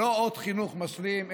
לא עוד חינוך משלים,